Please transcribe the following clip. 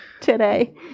today